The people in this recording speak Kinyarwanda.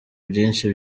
byinshi